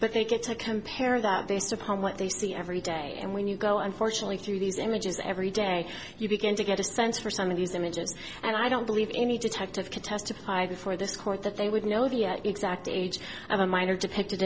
but they get to compare that based upon what they see every day and when you go unfortunately through these images every day you begin to get a sense for some of these images and i don't believe any detective can testify before this court that they would know the exact age of a minor dep